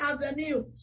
Avenue